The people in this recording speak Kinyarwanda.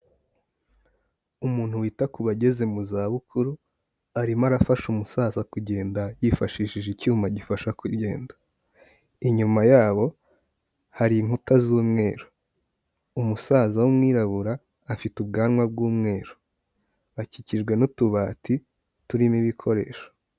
Umuntu wita ku bageze mu zabukuru arimo arafasha umusaza kugenda yifashishije icyuma gifasha kugenda, inyuma yabo hari inkuta z'umweru, umusaza w'umwirabura afite ubwanwa bw'umweru, bakikijwe n'utubati turimo ibikoresho.